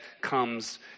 comes